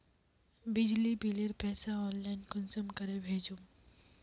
बिजली बिलेर पैसा ऑनलाइन कुंसम करे भेजुम?